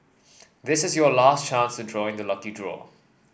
this is your last chance to join the lucky draw